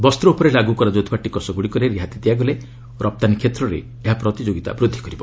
ବସ୍ତ୍ର ଉପରେ ଲାଗୁ କରାଯାଉଥିବା ଟିକସ୍ ଗୁଡିକରେ ରିହାତି ଦିଆଗଲେ ରପ୍ତାନୀ କ୍ଷେତ୍ରରେ ଏହା ପ୍ରତିଯୋଗିତା ବୃଦ୍ଧି କରିବ